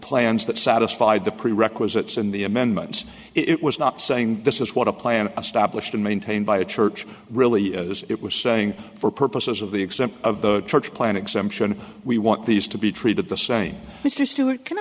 plans that satisfied the prerequisites in the amendment it was not saying this is what a plan a stablished and maintained by a church really is it was saying for purposes of the extent of the church plan exemption we want these to be treated the same